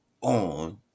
on